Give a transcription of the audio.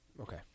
Okay